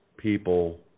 people